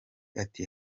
ati